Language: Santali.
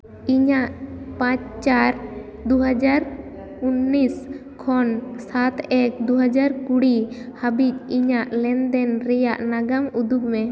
ᱤᱧᱟᱹᱜ ᱯᱟᱸᱪ ᱪᱟᱨ ᱫᱩ ᱦᱟᱡᱟᱨ ᱩᱱᱤᱥ ᱠᱷᱚᱱ ᱥᱟᱛ ᱮᱠ ᱫᱩ ᱦᱟᱡᱟᱨ ᱠᱩᱲᱤ ᱦᱟᱹᱵᱤᱡ ᱤᱧᱟᱹᱜ ᱞᱮᱱᱫᱮᱱ ᱨᱮᱭᱟᱜ ᱱᱟᱜᱟᱢ ᱩᱫᱩᱜᱽ ᱢᱮ